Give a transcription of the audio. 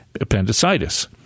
appendicitis